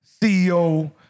CEO